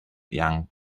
young